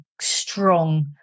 strong –